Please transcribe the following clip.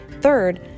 Third